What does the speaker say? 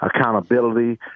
accountability